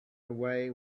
away